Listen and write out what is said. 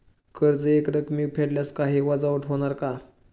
कर्ज एकरकमी फेडल्यास काही वजावट होणार का?